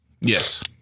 Yes